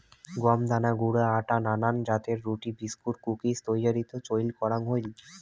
গম দানা গুঁড়া আটা নানান জাতের রুটি, বিস্কুট, কুকিজ তৈয়ারীত চইল করাং হই